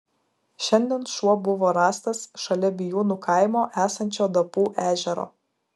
šiandien šuo buvo rastas šalia bijūnų kaimo esančio dapų ežero